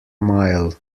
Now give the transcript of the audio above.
mile